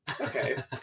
Okay